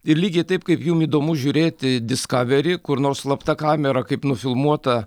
ir lygiai taip kaip jum įdomu žiūrėti diskaveri kur nors slapta kamera kaip nufilmuota